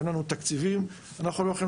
אין לנו תקציבים ולכן אנחנו לא יכולים